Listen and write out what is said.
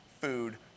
food